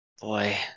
Boy